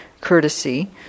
courtesy